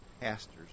pastors